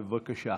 בבקשה.